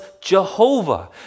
Jehovah